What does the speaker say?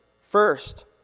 first